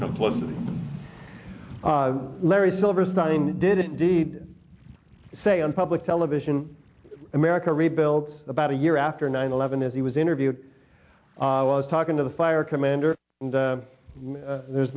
complicity larry silverstein did indeed say on public television america rebuilds about a year after nine eleven as he was interviewed was talking to the fire commander and there's